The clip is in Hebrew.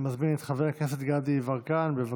אני מזמין את חבר הכנסת גדי יברקן, בבקשה.